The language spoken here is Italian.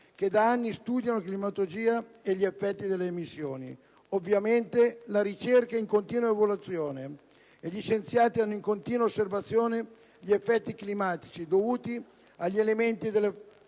che da anni studiano la climatologia e gli effetti delle emissioni. Ovviamente, la ricerca è in continua evoluzione e gli scienziati hanno in continua osservazione gli effetti climatici dovuti agli elementi della